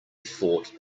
fought